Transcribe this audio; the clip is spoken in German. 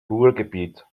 ruhrgebiet